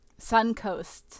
Suncoast